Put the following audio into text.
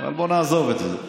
אבל בואו נעזוב את זה,